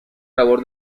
labor